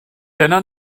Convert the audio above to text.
dyna